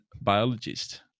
biologist